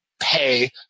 pay